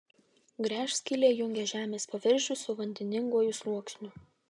gręžskylė jungia žemės paviršių su vandeninguoju sluoksniu